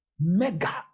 Mega